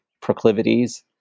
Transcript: proclivities